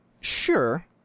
Sure